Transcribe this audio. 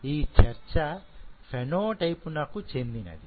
ఈ చర్చ phenotype నకు చెందినది